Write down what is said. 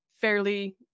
fairly